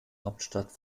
hauptstadt